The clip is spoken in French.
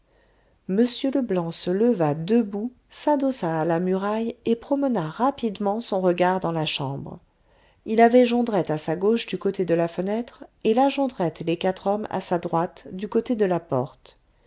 m leblanc se leva debout s'adossa à la muraille et promena rapidement son regard dans la chambre il avait jondrette à sa gauche du côté de la fenêtre et la jondrette et les quatre hommes à sa droite du côté de la porte